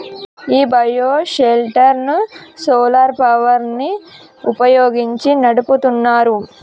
ఈ bio shelter ను solar power ని వుపయోగించి నడుపుతున్నారు